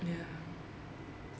y